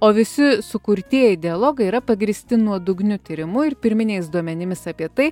o visi sukurtieji dialogai yra pagrįsti nuodugniu tyrimu ir pirminiais duomenimis apie tai